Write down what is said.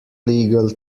legal